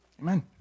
amen